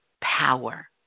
power